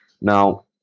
Now